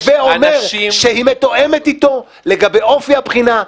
הווי אומר שהיא מתואמת איתו לגבי אופי הבחינה,